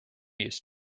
used